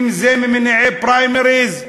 אם ממניעי פריימריז,